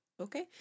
Okay